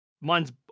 Mine's